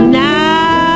now